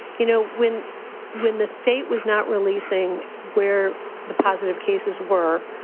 you know, when when the state was not releasing where the positive cases were.